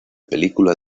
película